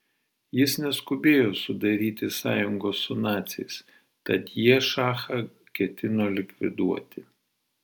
jis neskubėjo sudaryti sąjungos su naciais tad jie šachą ketino likviduoti